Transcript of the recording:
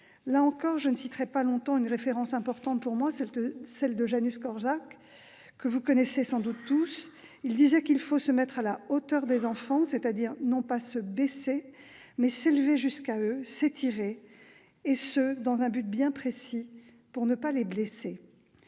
Là encore, je citerai brièvement une référence importante pour moi, Janusz Korczak, que vous connaissez sans doute tous. Il disait qu'il faut se mettre à la hauteur des enfants, c'est-à-dire non pas se baisser, mais s'élever jusqu'à eux, s'étirer, et ce dans un but bien précis : pour ne pas les blesser.